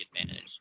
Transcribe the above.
advantage